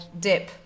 dip